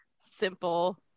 simple